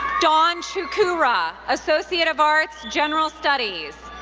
dawn chukwurah, associate of arts, general studies.